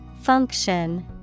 Function